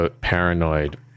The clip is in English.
paranoid